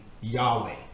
Yahweh